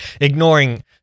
ignoring